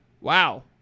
Wow